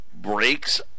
breaks